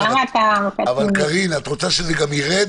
כן, אבל, קארין, את רוצה שזה גם ירד?